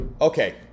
Okay